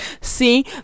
see